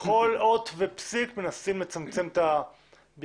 בכל אות ופסיק אנחנו מנסים לצמצם את הבירוקרטיה